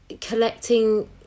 collecting